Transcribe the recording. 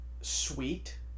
sweet